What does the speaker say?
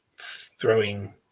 throwing